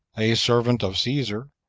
a servant of caesar,